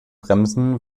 bremsen